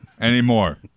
anymore